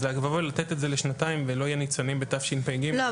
אז לבוא ולתת את זה לשנתיים ולא יהיה ניצנים בתשפ"ג --- לא,